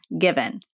given